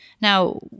Now